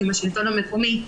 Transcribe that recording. עם השלטון המקומי,